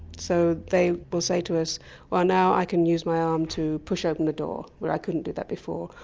so they will say to us well now i can use my arm um to push open the door, where i couldn't do that before.